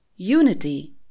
unity